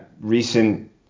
Recent